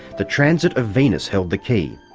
the transit of venus held the key.